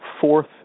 fourth